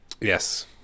Yes